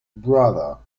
brother